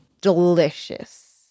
delicious